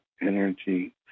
energy